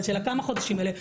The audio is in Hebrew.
אבל של כמה חודשים האלה.